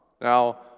Now